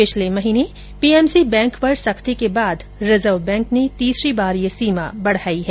पिछले महीने PMC bank पर सख्ती के बाद रिजर्व बैंक ने तीसरी बार यह सीमा बढाई है